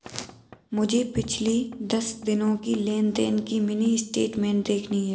मुझे पिछले दस दिनों की लेन देन की मिनी स्टेटमेंट देखनी है